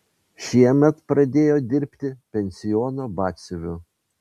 šiemet pradėjo dirbti pensiono batsiuviu